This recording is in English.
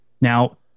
Now